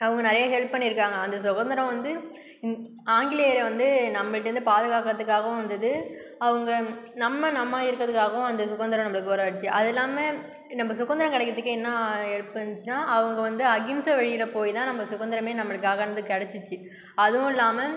அவங்க நிறைய ஹெல்ப் பண்ணி இருக்காங்க அந்த சுதந்திரம் வந்து ஆங்கிலேயரை வந்து நம்மகிட்ட இருந்து பாதுகாக்கிறதுக்காக வந்தது அவங்க நம்ம நம்மளா இருக்கிறதுக்காகவும் அந்த சுதந்திரம் நம்மளை போராடிச்சி அதுவும் இல்லாமல் நம்ம சுதந்திரம் கிடைக்கிறதுக்கே என்னா ஹெல்ப் பண்ணுச்சுன்னா அவங்க வந்து அகிம்சை வழியில் போய் தான் நம்ம சுதந்திரமே நம்மளுக்காக வந்து கெடைச்சிச்சு அதுவும் இல்லாமல்